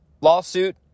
lawsuit